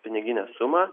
piniginę sumą